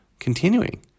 Continuing